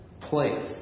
place